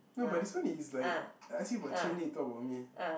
no but this one is like I ask you about change then you talk about me